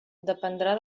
dependrà